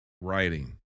writing